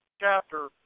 chapter